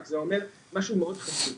רק זה אומר משהו מאוד חשוב,